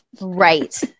right